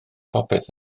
popeth